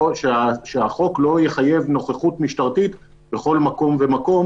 אבל שהחוק לא יחייב נוכחות משטרתית בכל מקום ומקום,